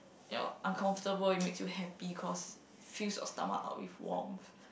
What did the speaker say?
you're uncomfortable it makes you happy cause it fills your stomach up with warmth